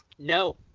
no